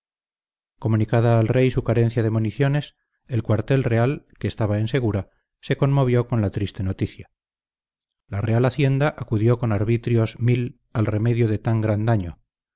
comunicada al rey su carencia de municiones el cuartel real que estaba en segura se conmovió con la triste noticia la real hacienda acudió con arbitrios mil al remedio de tan gran daño